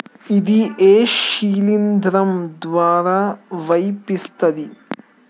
ఇది ఏ శిలింద్రం ద్వారా వ్యాపిస్తది?